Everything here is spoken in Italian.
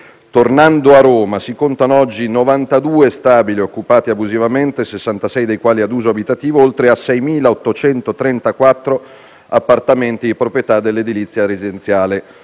tornando a Roma, si contano oggi 92 stabili occupati abusivamente, 66 dei quali ad uso abitativo, oltre a 6.834 appartamenti di proprietà dell'edilizia residenziale